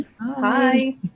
Hi